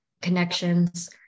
connections